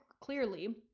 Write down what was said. clearly